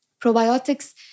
probiotics